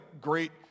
great